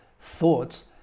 Thoughts